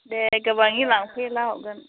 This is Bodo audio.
दे गोबाङै लांफैयोला हरगोन